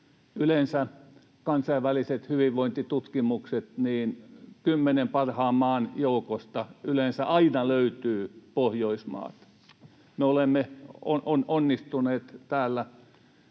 Kansainvälisissä hyvinvointitutkimuksissa kymmenen parhaan maan joukosta yleensä aina löytyy Pohjoismaat. Me olemme onnistuneet täällä